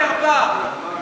בושה וחרפה.